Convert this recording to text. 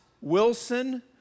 Wilson